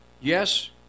yes